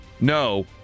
No